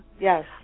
Yes